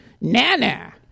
Nana